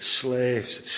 slaves